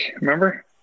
remember